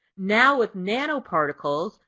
now with nanoparticles,